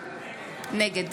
נגד